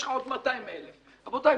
יש לך עוד 200,000. רבותיי,